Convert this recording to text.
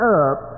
up